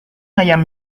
ayam